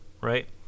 right